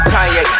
Kanye